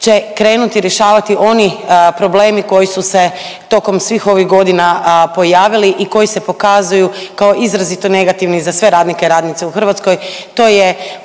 će krenuti rješavati oni problemi koji su se tokom svih ovih godina pojavili i koji se pokazuju kao izrazito negativni za sve radnike, radnice u Hrvatskoj.